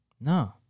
No